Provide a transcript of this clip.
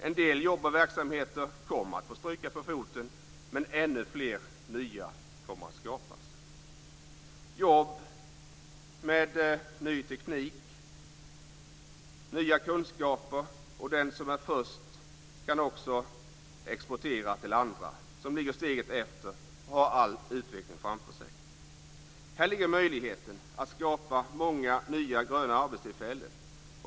En del jobb och verksamheter kommer att få stryka på foten, men ännu fler nya kommer att skapas. Det kommer att skapas jobb med ny teknik och nya kunskaper. Den som är först kan också exportera till andra som ligger steget efter och har all utveckling framför sig. Här ligger möjligheten att skapa många nya gröna arbetstillfällen.